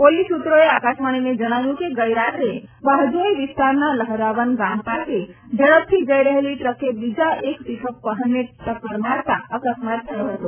police સૂત્રોએ આકાશવાણીને જણાવ્યું કે ગઇરાતે બાહજોઈ વિસ્તારના લહરાવન ગામ પાસે ઝડપથી જઈ રહેલી ટ્રકે બીજા એક પીકઅપ વાહનને ટક્કર મારતાં અકસ્માત થયો હતો